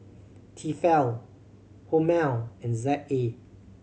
Tefal Hormel and Z A